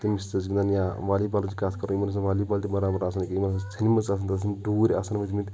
تٔمی سۭتۍ أسۍ گِنٛدان یا والی بالٕچ کَتھ کَرو یِمَن ٲسۍ نہٕ والی بال تہِ بَرابَر آسان کہِ یِمن ٲسۍ ژھیٚنمٕژ آسان ٹوٗرۍ آسان